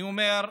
אני אומר: